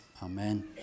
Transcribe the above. Amen